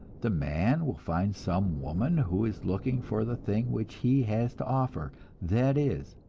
the man will find some woman who is looking for the thing which he has to offer that is,